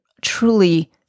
truly